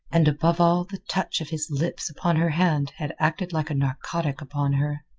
and above all the touch of his lips upon her hand had acted like a narcotic upon her.